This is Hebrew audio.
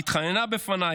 היא התחננה בפניי,